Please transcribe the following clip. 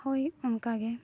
ᱦᱳᱭ ᱚᱱᱠᱟᱜᱮ